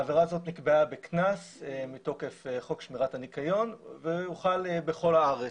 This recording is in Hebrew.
העבירה הזאת נקבעה בקנס מתוקף חוק שמירת הניקיון והוחל בכל הארץ.